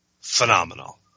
phenomenal